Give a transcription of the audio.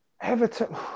Everton